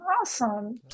awesome